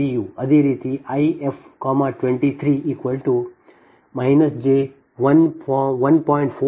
ಅದೇ ರೀತಿ I f 23 j1